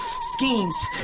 Schemes